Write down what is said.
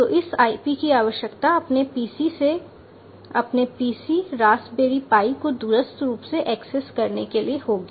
तो इस IP की आवश्यकता अपने PC से अपने PC रास्पबेरी पाई को दूरस्थ रूप से एक्सेस करने के लिए होगी